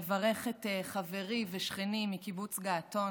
לברך את חברי ושכני מקיבוץ געתון